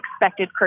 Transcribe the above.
expected